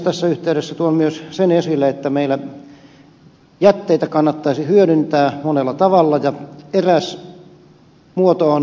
tässä yhteydessä tuon myös sen esille että meillä jätteitä kannattaisi hyödyntää monella tavalla ja eräs muoto on biokaasu